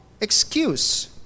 excuse